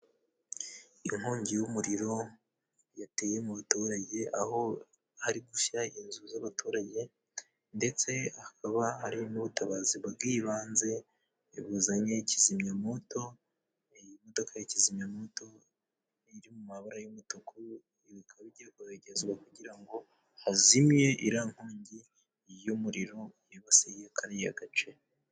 Inkongi y'umuriro yateye mu baturage aho hari gushya inzu z'abaturage ndetse hakaba hari n'ubutabazi bw'ibanze buzanye kizimyamoto. Iyi modoka ya kizimyamoto iri mu mabara y'umutuku ibi bikaba bigezwa kugira ngo hazimye iriya nkongi y'umuriro yibasiye kariya gace.